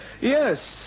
Yes